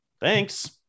Thanks